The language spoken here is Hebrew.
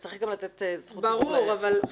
צריך גם לתת זכות דיבור לאחרים.